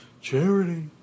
Charity